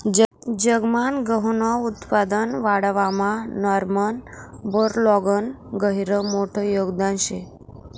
जगमान गहूनं उत्पादन वाढावामा नॉर्मन बोरलॉगनं गहिरं मोठं योगदान शे